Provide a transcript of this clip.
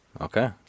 Okay